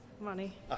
Money